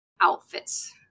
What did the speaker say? outfits